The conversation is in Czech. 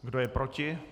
Kdo je proti?